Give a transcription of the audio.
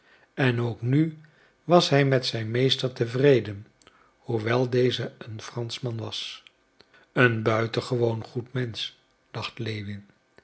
en ook nu was hij met zijn meester tevreden hoewel deze een franschman was een buitengewoon goed mensch dacht